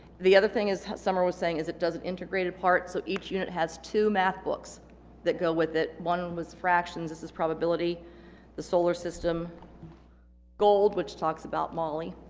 the other thing as summer was saying is it doesn't integrate a part so each unit has two math books that go with it one was fractions this is probability the solar system gold which talks about molly